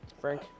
Frank